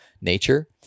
nature